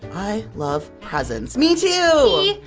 i love presents. me too! see,